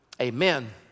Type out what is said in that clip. Amen